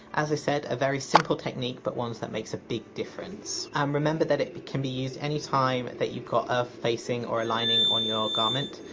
as i said, a very simple technique, but one that makes a big difference um remember that it can be used anytime that you've got a facing or a lining on your garment,